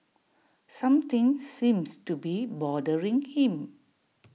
something seems to be bothering him